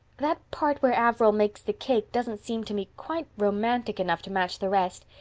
that part where averil makes the cake doesn't seem to me quite romantic enough to match the rest.